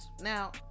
Now